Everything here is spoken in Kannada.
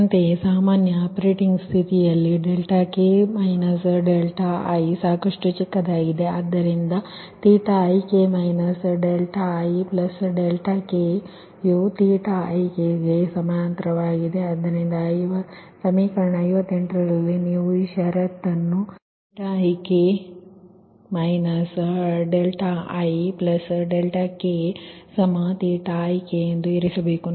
ಅಂತೆಯೇ ಸಾಮಾನ್ಯ ಆಪರೇಟಿಂಗ್ ಸ್ಥಿತಿಯಲ್ಲಿ k iಸಾಕಷ್ಟು ಚಿಕ್ಕದಾಗಿದೆ ಆದ್ದರಿಂದik ikik ಆದ್ದರಿಂದ ಸಮೀಕರಣ 58 ರಲ್ಲಿ ನೀವು ಈ ಷರತ್ತನ್ನು ik ikik ಎಂದು ಇರಿಸಬೇಕು